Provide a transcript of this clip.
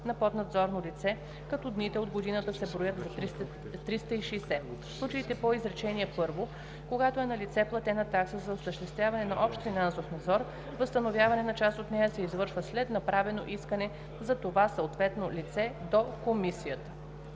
на поднадзорно лице, като дните от годината се броят за 360. В случаите по изречение първо, когато е налице платена такса за осъществяване на общ финансов надзор, възстановяване на част от нея се извършва след направено искане за това от съответното лице до комисията.“